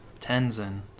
Tenzin